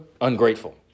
ungrateful